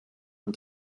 und